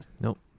Nope